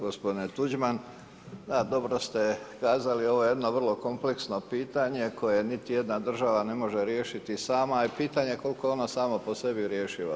Gospodine Tuđman, da dobro ste kazali ovo je jedno vrlo kompleksno pitanje koje niti jedna država ne može riješiti sama a i pitanje je koliko je ona sama po sebi rješiva.